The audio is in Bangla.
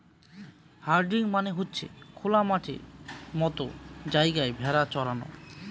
হার্ডিং মানে হচ্ছে খোলা মাঠের মতো জায়গায় ভেড়া চরানো